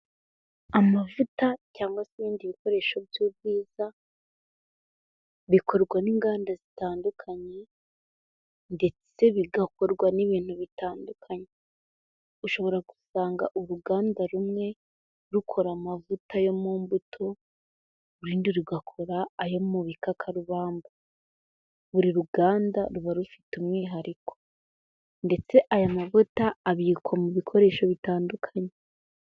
Amavuta cyangwa se ibindi bikoresho by'ubwiza, bikorwa n'inganda zitandukanye ndetse bigakorwa n'ibintu bitandukanye, ushobora gusanga uruganda rumwe rukora amavuta yo mu mbuto, urundi rugakora ayo mu bikakarubamba, buri ruganda ruba rufite umwihariko ndetse aya mavuta abikwa mu bikoresho bitandukanye.